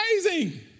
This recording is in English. amazing